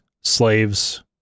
slaves